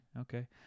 okay